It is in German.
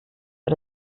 für